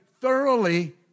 thoroughly